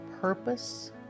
purpose